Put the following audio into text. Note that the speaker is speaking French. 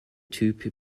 type